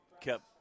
kept